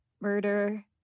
murder